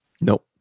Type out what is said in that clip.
nope